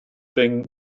been